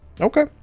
Okay